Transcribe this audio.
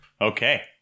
Okay